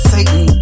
Satan